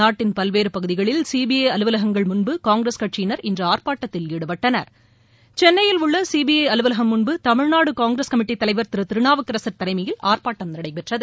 நாட்டின் பல்வேறு பகுதிகளில் சிபிஐ அலுவலகங்கள் முன்பு காங்கிரஸ் கட்சியினர் இன்று ஆர்ப்பாட்டத்தில் ஈடுபட்டனர் சென்னையில் உள்ள சிபிஐ அலுவலகம் முன்பு தமிழ்நாடு காங்கிரஸ் கமிட்டித் தலைவர் திரு திருநாவுக்கரசர் தலைமையில் ஆர்ப்பாட்டம் நடைபெற்றது